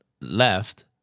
left